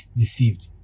deceived